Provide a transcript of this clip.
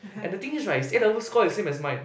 and the thing is right his A level score is same as mine